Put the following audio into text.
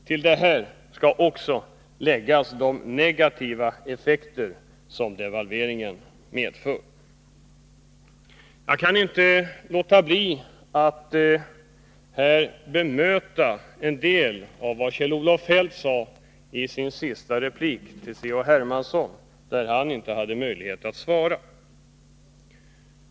Till detta skall läggas de negativa effekter som devalveringen får. Jag kan inte låta bli att här bemöta en del av vad Kjell-Olof Feldt sade i sin sista replik till C.-H. Hermansson, när denne inte hade möjlighet att svara.